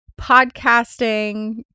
podcasting